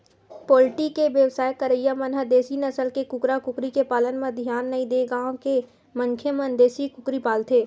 poultry के बेवसाय करइया मन ह देसी नसल के कुकरा कुकरी के पालन म धियान नइ देय गांव के मनखे मन देसी कुकरी पालथे